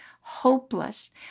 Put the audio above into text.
hopeless